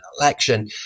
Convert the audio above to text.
election –